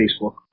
Facebook